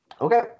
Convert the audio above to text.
Okay